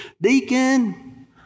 deacon